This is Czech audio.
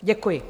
Děkuji.